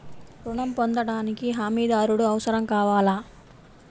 ఋణం పొందటానికి హమీదారుడు అవసరం కావాలా?